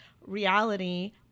reality